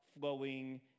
flowing